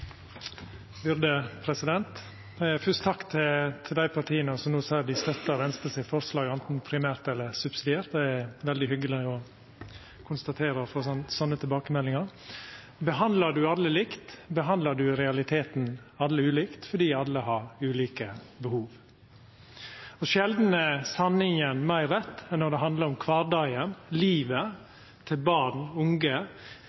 dei partia som no seier dei støttar Venstres forslag anten primært eller subsidiært. Det er veldig hyggeleg å konstatera at ein får slike tilbakemeldingar. Behandlar ein alle likt, behandlar ein i realiteten alle ulikt, fordi alle har ulike behov. Sjeldan er sanninga meir rett enn når det handlar om kvardagen,